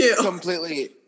completely